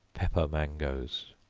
pepper mangoes.